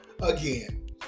again